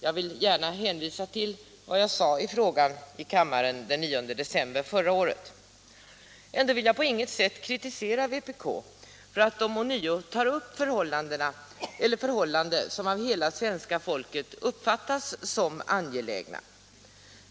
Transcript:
Jag vill gärna hänvisa till vad jag i kammaren sade i frågan den 9 december förra året. Ändå vill jag på intet sätt kritisera vpk för att det ånyo tar upp förhållanden som av hela svenska folket uppfattas som angelägna.